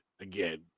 again